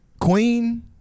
Queen